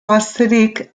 gazterik